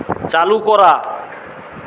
চালু করা